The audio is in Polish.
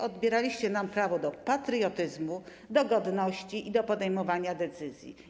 Odbieraliście nam prawo do patriotyzmu, godności i do podejmowania decyzji.